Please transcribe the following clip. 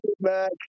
back